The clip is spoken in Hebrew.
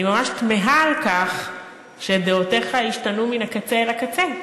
אני ממש תמהה על כך שדעותיך השתנו מן הקצה אל הקצה.